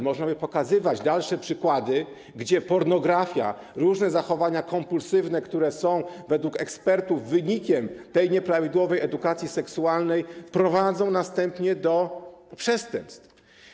Można by wskazywać dalsze przykłady pokazujące, że pornografia, różne zachowania kompulsywne, które są według ekspertów wynikiem tej nieprawidłowej edukacji seksualnej, prowadzą następnie do przestępstw.